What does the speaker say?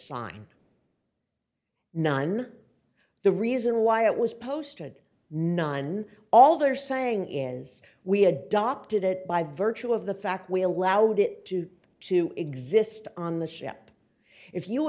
nine the reason why it was posted nine all they are saying is we adopted it by virtue of the fact we allowed it to to exist on the ship if you